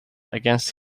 against